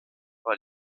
war